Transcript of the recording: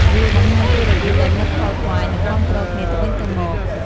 វាបង្ហាញពីរបៀបដែលមិត្តខ្វល់ខ្វាយ និងគាំទ្រគ្នាទៅវិញទៅមក។